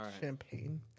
Champagne